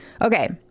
Okay